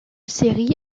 série